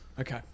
Okay